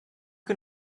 can